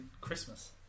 Christmas